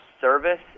service